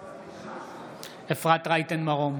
בעד אפרת רייטן מרום,